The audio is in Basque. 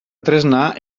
tresna